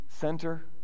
center